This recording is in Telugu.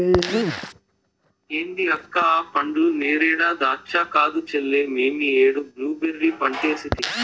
ఏంది అక్క ఆ పండ్లు నేరేడా దాచ్చా కాదు చెల్లే మేమీ ఏడు బ్లూబెర్రీ పంటేసితిని